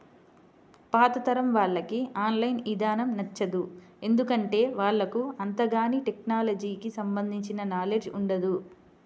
పాతతరం వాళ్లకి online ఇదానం నచ్చదు, ఎందుకంటే వాళ్లకు అంతగాని టెక్నలజీకి సంబంధించిన నాలెడ్జ్ ఉండదు